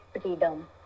freedom